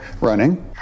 running